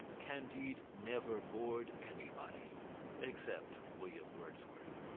candide never bored anybody except william wordsworth.